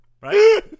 Right